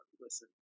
listen